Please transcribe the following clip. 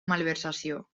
malversació